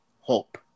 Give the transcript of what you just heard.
hope